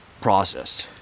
process